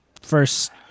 first